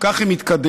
כך היא מתקדמת,